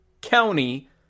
county